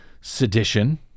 sedition